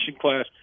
class